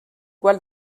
gwall